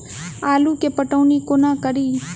आलु केँ पटौनी कोना कड़ी?